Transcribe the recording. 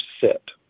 sit